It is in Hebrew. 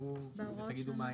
שתאמרו מה היחס.